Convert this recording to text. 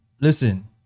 listen